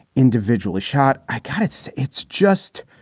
individually shot, i kind of it's it's just.